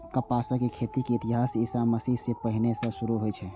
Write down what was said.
कपासक खेती के इतिहास ईशा मसीह सं पहिने सं शुरू होइ छै